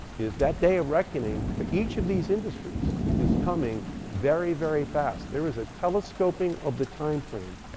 is that day of reckoning for each of these industries is coming very, very fast. there is a telescoping of the timeframe,